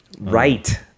Right